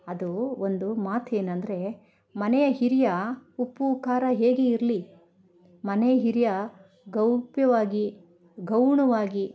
ಅದೂ ಒಂದು ಮಾತು ಏನಂದ್ರೆ ಮನೆಯ ಹಿರಿಯ ಉಪ್ಪು ಖಾರ ಹೇಗೆ ಇರಲಿ ಮನೆ ಹಿರಿಯ ಗೌಪ್ಯವಾಗಿ ಗೌಣವಾಗಿ